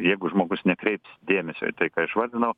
jeigu žmogus nekreips dėmesio į tai ką išvardinau